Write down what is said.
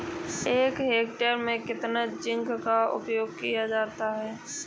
एक हेक्टेयर में कितना जिंक का उपयोग किया जाता है?